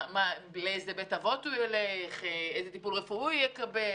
לאיזה בית אבות הוא ילך ואיזה טיפול רפואי הוא יקבל,